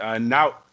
Now